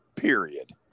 period